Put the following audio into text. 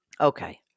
okay